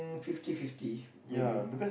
fifty fifty maybe